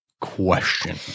question